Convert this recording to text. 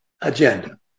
agenda